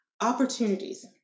Opportunities